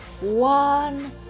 one